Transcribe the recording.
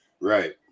Right